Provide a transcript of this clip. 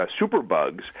superbugs